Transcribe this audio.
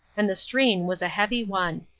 and the strain was a heavy one.